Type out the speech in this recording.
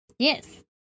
Yes